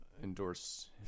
endorse